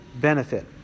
benefit